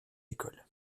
école